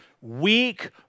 weak